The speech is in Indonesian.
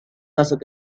masuk